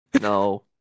No